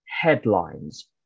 Headlines